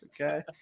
okay